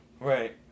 Right